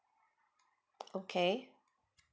okay